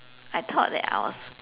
I thought that I was